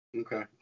Okay